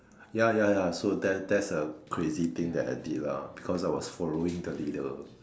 ya ya ya so that that's a crazy thing that I did lah because I was following the leader